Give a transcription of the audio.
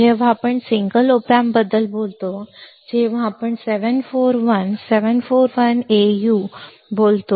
जेव्हा आपण single op amp बद्दल बोलतो जेव्हा आपण 741 741 u A 741 बोलतो